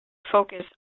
focus